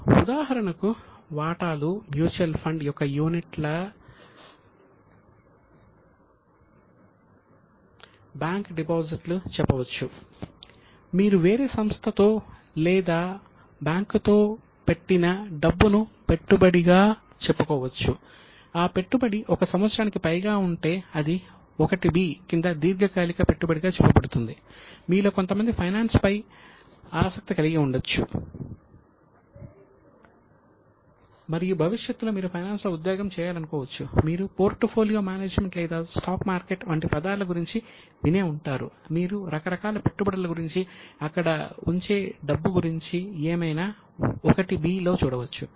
కాబట్టి ఉదాహరణకు వాటాలు మ్యూచువల్ ఫండ్ వంటి పదాల గురించి వినే ఉంటారు మీరు రకరకాల పెట్టుబడుల గురించి అక్కడ ఉంచే డబ్బు గురించి ఏమైనా '1 b' లో చూడవచ్చు